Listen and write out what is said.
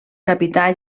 capità